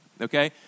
Okay